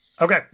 Okay